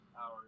hours